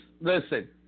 listen